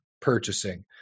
Purchasing